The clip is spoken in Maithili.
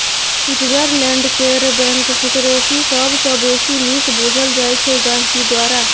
स्विटजरलैंड केर बैंक सिकरेसी सबसँ बेसी नीक बुझल जाइ छै गांहिकी द्वारा